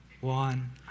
one